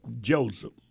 Joseph